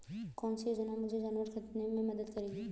कौन सी योजना मुझे जानवर ख़रीदने में मदद करेगी?